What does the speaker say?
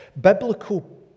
Biblical